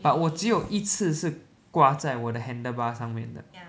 but 我只有一次是挂在我的 handle bar 上面的